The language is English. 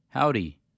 Howdy